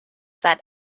that